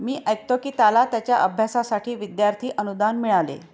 मी ऐकतो की त्याला त्याच्या अभ्यासासाठी विद्यार्थी अनुदान मिळाले